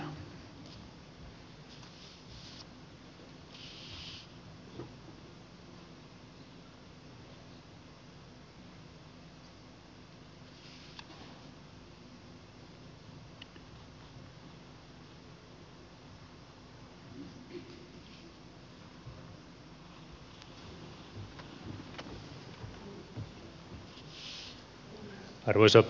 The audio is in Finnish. arvoisa puhemies